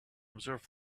observe